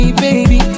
baby